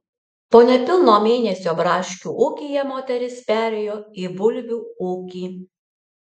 po nepilno mėnesio braškių ūkyje moteris perėjo į bulvių ūkį